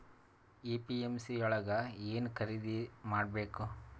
APMC ಯೊಳಗ ಏನ್ ಖರೀದಿದ ಮಾಡ್ಬೇಕು?